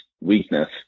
weakness